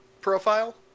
profile